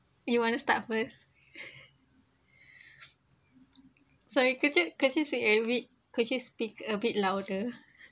you want to start first sorry could you could you speak a bit could you speak a bit louder